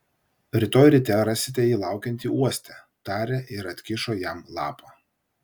rytoj ryte rasite jį laukiantį uoste tarė ir atkišo jam lapą